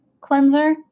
cleanser